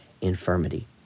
infirmity